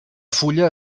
fulla